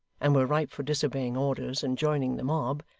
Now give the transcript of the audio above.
and were ripe for disobeying orders and joining the mob,